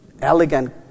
elegant